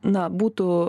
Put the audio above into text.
na būtų